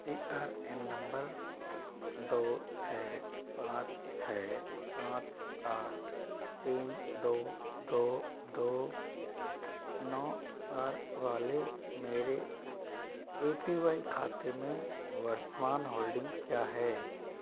P R A N number दो छः पाँच छः पाँच आठ तीन दो दो दो नौ चार वाले मेरे ए पी वाई खाते में वर्तमान होल्डिंग क्या है